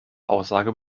aussage